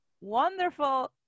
wonderful